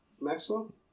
Maxwell